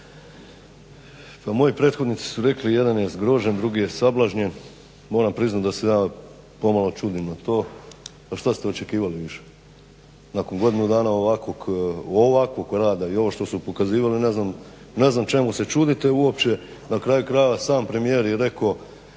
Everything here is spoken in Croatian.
moji prethodnici su rekli, jedan je zgrožen drugi je sablažnjen, moram priznati da se ja pomalo čudim na to, a što ste očekivali više? Nakon godinu dana ovakvog rada, i ovo što su pokazivali, ne znam čemu se čudite uopće? Na kraju krajeva sam premijer je rekao